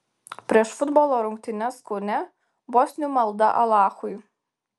prieš futbolo rungtynes kaune bosnių malda alachui